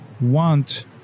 want